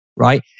right